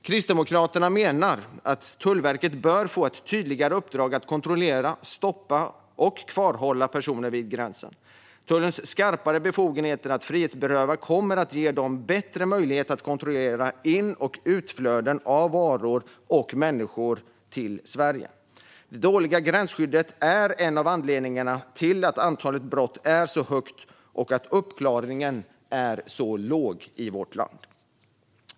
Kristdemokraterna menar att Tullverket bör få ett tydligare uppdrag att kontrollera, stoppa och kvarhålla personer vid gränsen. Tullens skarpare befogenheter att frihetsberöva kommer att ge dem bättre möjligheter att kontrollera in och utflöden av varor och människor till och från Sverige. Det dåliga gränsskyddet är en av anledningarna till att antalet brott är så stort och att uppklaringen är så låg i vårt land.